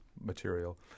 material